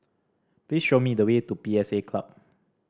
please show me the way to P S A Club